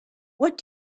what